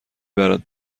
برات